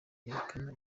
yerekana